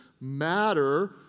matter